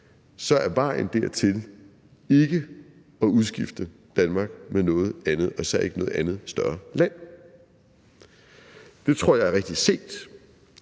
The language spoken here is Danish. så er vejen dertil ikke at udskifte Danmark med noget andet og især ikke noget andet større land. Det tror jeg er rigtigt set,